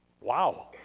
Wow